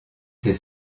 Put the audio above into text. ses